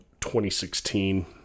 2016